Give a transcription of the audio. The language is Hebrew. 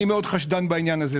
אני מאוד חשדן בעניין הזה.